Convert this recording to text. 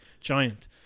Giant